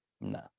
No